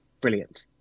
brilliant